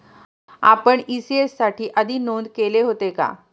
आपण इ.सी.एस साठी आधी नोंद केले होते का?